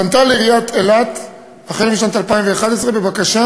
היא פנתה לעיריית אילת בשנת 2011 בבקשה